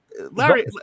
Larry